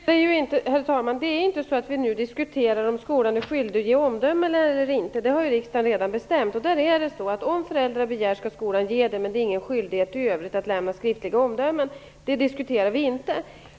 Herr talman! Det vi nu diskuterar är inte om skolan är skyldig att ge omdömen eller inte. Det har riksdagen redan bestämt. Om föräldrarna begär det skall skolan göra det, men det finns ingen skyldighet i övrigt att lämna skriftliga omdömen. Det diskuterar vi inte.